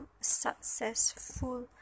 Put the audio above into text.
successful